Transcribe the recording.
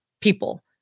people